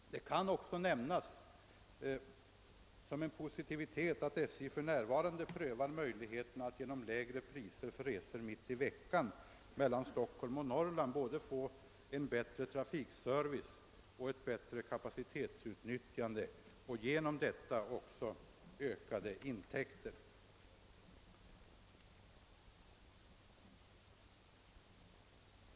Vidare kan nämnas som en positiv sak att SJ för närvarande prövar möjligheterna att genom lägre priser för resor mitt i veckan mellan Stockholm och Norrland åstadkomma både en bättre trafikservice och ett bättre kapacitetsuinyttjande samt genom detta också ökade intäkter.